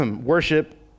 worship